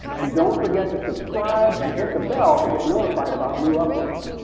and don't forget to subscribe and hit the bell to get notified about new uploads.